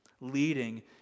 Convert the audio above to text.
leading